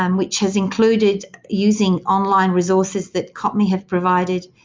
um which has included using online resources that copmi have provided,